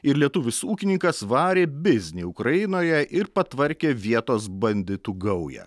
ir lietuvis ūkininkas varė biznį ukrainoje ir patvarkė vietos banditų gaują